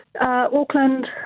Auckland